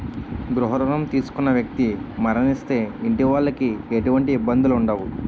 గృహ రుణం తీసుకున్న వ్యక్తి మరణిస్తే ఇంటి వాళ్లకి ఎటువంటి ఇబ్బందులు ఉండవు